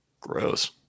Gross